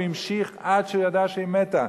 והוא המשיך עד שהוא ידע שהיא מתה.